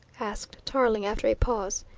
asked tarling after a pause.